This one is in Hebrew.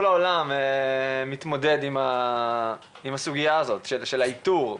העולם מתמודד עם הסוגיה של האיתור,